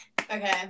Okay